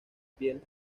piel